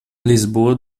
lisboa